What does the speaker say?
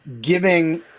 giving